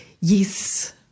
yes